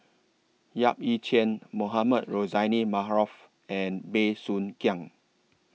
Yap Ee Chian Mohamed Rozani Maarof and Bey Soo Khiang